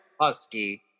husky